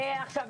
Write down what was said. עכשיו,